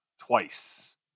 twice